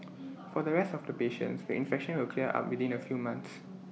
for the rest of the patients the infection will clear up within A few months